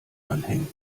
anhängen